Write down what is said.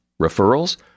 Referrals